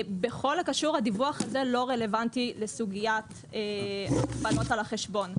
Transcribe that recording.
הדיווח הזה לא רלוונטי לסוגיית הגבלות על החשבון.